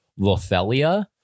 Lothelia